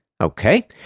Okay